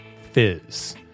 Fizz